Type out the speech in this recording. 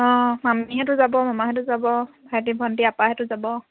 অঁ মামীহঁতো যাব মামাহঁতো যাব ভাইটি ভণ্টী আপাহঁতো যাব